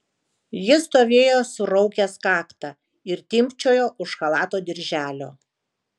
jis stovėjo suraukęs kaktą ir timpčiojo už chalato dirželio